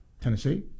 Tennessee